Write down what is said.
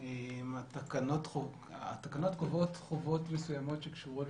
התקנות קובעות חובות מסוימות שקשורות